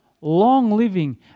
long-living